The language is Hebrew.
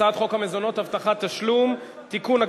הצעת חוק המזונות (הבטחת תשלום) (תיקון,